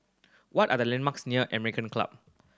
what are the landmarks near American Club